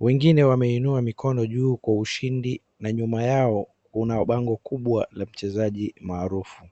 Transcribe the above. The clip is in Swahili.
Wengine wameinua mikono juu kwa ushindi na nyuma yao kuna bango kubwa la mchezaji maarufu.